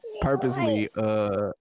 purposely